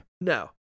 No